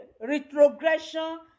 retrogression